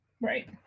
Right